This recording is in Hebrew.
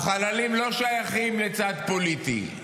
החללים לא שייכים לצד פוליטי,